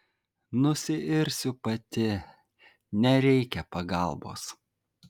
nusiirsiu pati nereikia pagalbos